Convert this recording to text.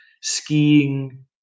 skiing